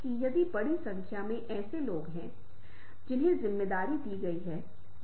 तो कुछ अर्थों को शब्दों के माध्यम से व्यक्त नहीं किया जाता है लेकिन उन्हें पाठ के व्यवहार के माध्यम से व्यक्त किया जाता है